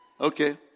okay